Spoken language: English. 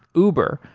uber,